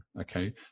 okay